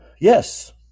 Yes